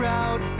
out